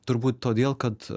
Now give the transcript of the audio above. turbūt todėl kad